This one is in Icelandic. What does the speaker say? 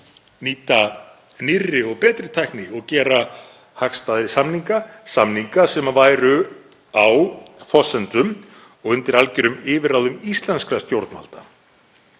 nýta nýrri og betri tækni og gera hagstæðari samninga sem væru á forsendum og undir algjörum yfirráðum íslenskra stjórnvalda.